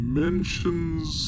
mentions